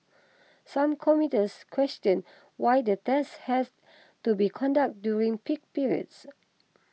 some commuters questioned why the tests has to be conducted during peak pirates